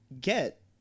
get